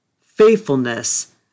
faithfulness